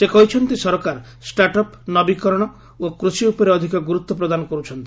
ସେ କହିଛନ୍ତି ସରକାର ଷ୍ଟାର୍ଟଅପ୍ ନବୀକରଣ ଓ କୃଷି ଉପରେ ଅଧିକ ଗୁରୁତ୍ୱ ପ୍ରଦାନ କରୁଛନ୍ତି